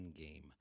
endgame